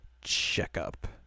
checkup